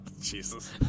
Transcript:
Jesus